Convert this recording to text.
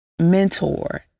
mentor